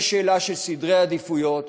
יש שאלה של סדרי עדיפויות,